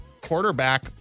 quarterback